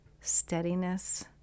steadiness